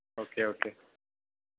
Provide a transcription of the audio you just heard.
okay okay